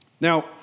Now